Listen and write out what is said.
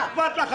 מה אכפת לך?